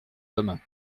hommes